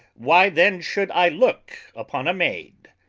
why then should i look upon a maid?